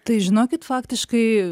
tai žinokit faktiškai